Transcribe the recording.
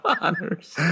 honors